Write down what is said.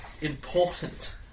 important